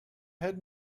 had